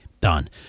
done